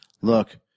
look